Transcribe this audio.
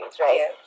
right